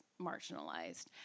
marginalized